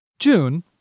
June